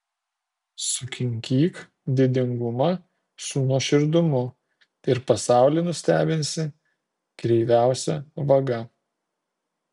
sukinkyk didingumą su nuoširdumu ir pasaulį nustebinsi kreiviausia vaga